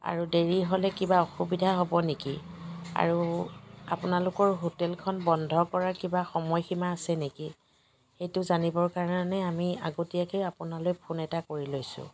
আৰু দেৰি হ'লে কিবা অসুবিধা হ'ব নেকি আৰু আপোনালোকৰ হোটেলখন বন্ধ কৰা কিবা সময় সীমা আছে নেকি সেইটো জানিবৰ কাৰণে আমি আগতীয়াকৈ আপোনালৈ ফোন এটা কৰি লৈছোঁ